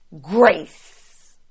grace